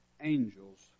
angels